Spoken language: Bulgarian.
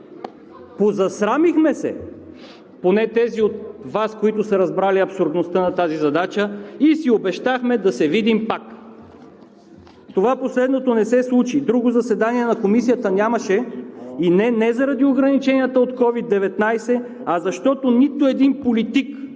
Позасрамихме се – поне тези от Вас, които са разбрали абсурдността на тази задача, и си обещахме да се видим пак! Това, последното, не се случи. Нямаше друго заседание на Комисията и не е заради ограниченията от COVID-19, а защото нито един политик,